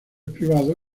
privados